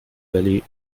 valley